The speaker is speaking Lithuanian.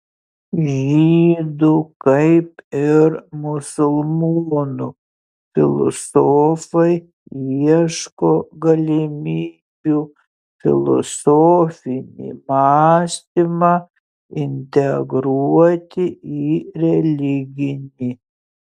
žydų kaip ir musulmonų filosofai ieško galimybių filosofinį mąstymą integruoti į religinį